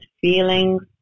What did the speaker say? feelings